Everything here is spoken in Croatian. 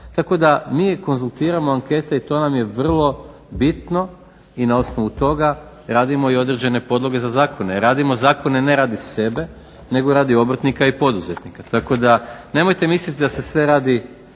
tako da mi konzultiramo ankete i to nam je vrlo bitno i na osnovu toga radimo i određene podloge za zakone. Radimo zakone ne radi sebe nego radi obrtnika i poduzetnika, tako da nemojte misliti da se sve radi